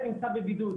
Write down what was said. רק שהילד נמצא בבידוד.